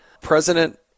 President